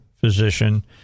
physician